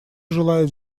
желает